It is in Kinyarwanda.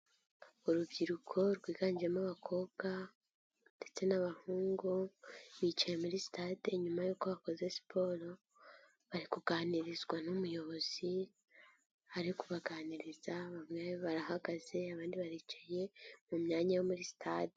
Urubyiruko rwiganjemo abakobwa ndetse n'abahungu, bicaye muri stade nyuma y'uko bakoze siporo, bari kuganirizwa n'umuyobozi, ari kubaganiriza, bamwe barahagaze, abandi baricaye mu myanya yo muri sitade.